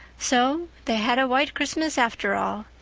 so they had a white christmas after all,